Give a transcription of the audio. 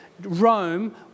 Rome